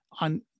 on